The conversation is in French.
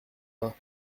pas